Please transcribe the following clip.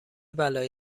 بلایی